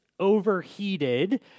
overheated